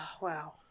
wow